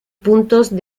puntos